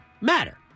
matter